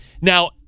Now